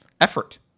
effort